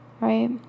Right